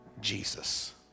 Jesus